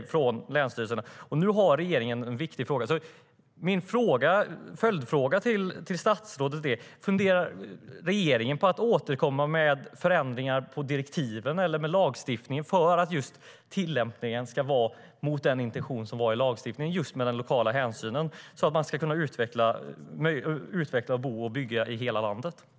Detta är en viktig fråga för regeringen.